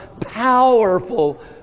powerful